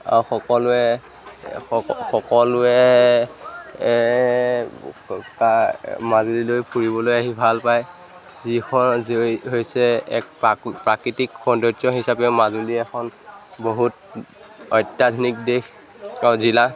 আৰু সকলোৱে সক সকলোৱে মাজুলীলৈ ফুৰিবলৈ আহি ভাল পায় যিখন যি হৈছে এক প্ৰা প্ৰাকৃতিক সৌন্দৰ্য হিচাপে মাজুলী এখন বহুত অত্যাধুনিক দেশ জিলা